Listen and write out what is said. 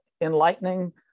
enlightening